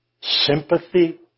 Sympathy